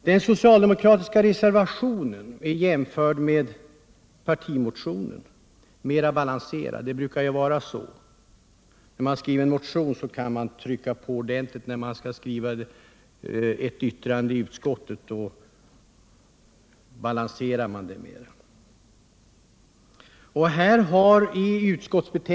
Den socialdemokratiska reservationen är dock mera balanserad än partimotionen — det brukar ju vara så att när man skriver en motion kan man trycka på ordentligt, men när man skall skriva ett yttrande i utskottet försöker man göra detta mera balanserat.